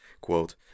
quote